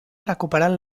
recuperant